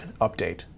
update